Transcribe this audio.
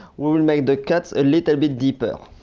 we'll we'll make the cuts a little bit deeper.